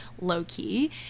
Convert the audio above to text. low-key